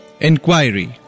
inquiry